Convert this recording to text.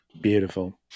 Beautiful